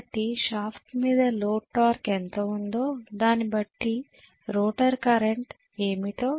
కాబట్టి షాఫ్ట్ మీద load torque ఎంత ఉందో దానిబట్టి రోటర్ కరెంట్ ఏమిటో ఇక్కడ చెప్పవచ్చు